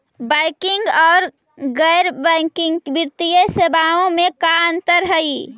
Banking और गैर banking वित्तीय सेवाओं में का अंतर हइ?